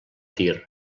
tir